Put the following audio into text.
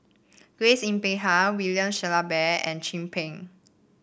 Prace Yin Peck Ha William Shellabear and Chin Peng